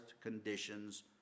conditions